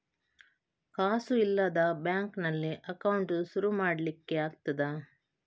ಕಾಸು ಇಲ್ಲದ ಬ್ಯಾಂಕ್ ನಲ್ಲಿ ಅಕೌಂಟ್ ಶುರು ಮಾಡ್ಲಿಕ್ಕೆ ಆಗ್ತದಾ?